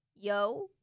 Yo